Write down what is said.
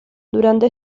durante